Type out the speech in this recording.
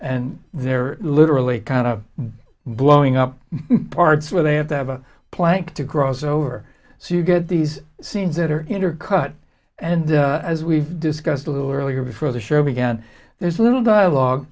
and they're literally kind of blowing up parts where they have to have a plank to grows over so you get these scenes that are intercut and as we've discussed a little earlier before the show began there's a little dialogue